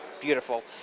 beautiful